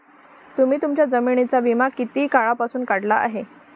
तुम्ही तुमच्या जमिनींचा विमा किती काळापासून काढला आहे?